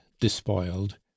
despoiled